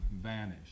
vanish